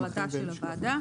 החלטה של הוועדה,